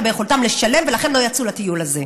ביכולתם לשלם ולכן הם לא יצאו לטיול הזה?